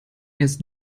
ist